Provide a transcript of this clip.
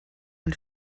ein